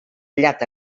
llata